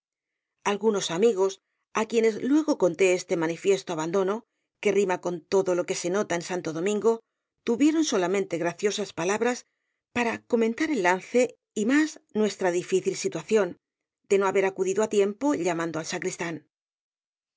algunos amigos á quienes luego conté este manifiesto abandono que rima con todo el que se nota en santo domingo tuvieron solamente graciosas palabras para comentar el lance y más nuestra difícil situación de no haber acudido á tiempo llamando al sacristán